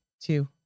two